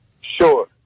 Sure